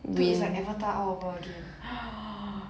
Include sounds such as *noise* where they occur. dude it's like avatar all over again *noise*